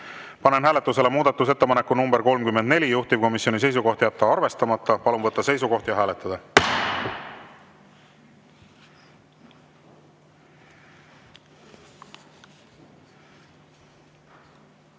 Panen hääletusele muudatusettepaneku nr 56, juhtivkomisjoni seisukoht on jätta arvestamata. Palun võtta seisukoht ja hääletada!